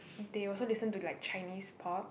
they also listen to like Chinese pop